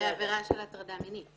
בעבירה של הטרדה מינית.